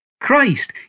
Christ